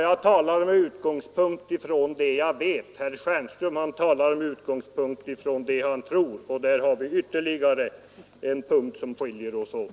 Jag talar med utgångspunkt från vad jag vet, medan herr Stjernström talar med utgångspunkt från vad han tror. Där har vi ytterligare en punkt som skiljer oss åt.